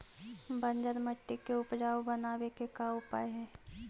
बंजर मट्टी के उपजाऊ बनाबे के का उपाय है?